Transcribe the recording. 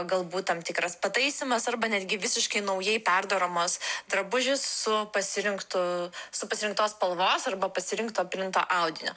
galbūt tam tikras pataisymas arba netgi visiškai naujai perdaromos drabužis su pasirinktu su pasirinktos spalvos arba pasirinkto printo audiniu